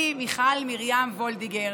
אני, מיכל מרים וולדיגר,